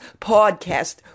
podcast